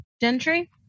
Gentry